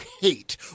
hate